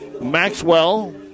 Maxwell